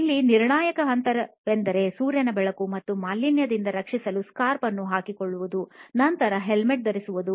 ಇಲ್ಲಿ ನಿರ್ಣಾಯಕ ಹಂತವೆಂದರೆ ಸೂರ್ಯನ ಬೆಳಕು ಮತ್ತು ಮಾಲಿನ್ಯದಿಂದ ರಕ್ಷಿಸಲು ಸ್ಕಾರ್ಫ್ ಅನ್ನು ಹಾಕಿಕೊಳ್ಳುವುದು ಮತ್ತು ನಂತರ ಹೆಲ್ಮೆಟ್ ಧರಿಸುವುದು